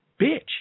bitch